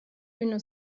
üna